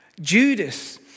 Judas